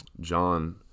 John